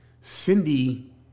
Cindy